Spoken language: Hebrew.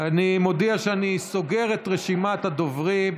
אני מודיע שאני סוגר את רשימת הדוברים